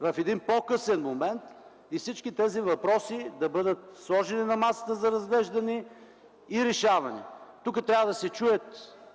в един по-късен момент и всички тези въпроси да бъдат сложени на масата за разглеждане и решаване. Тук трябва да се чуят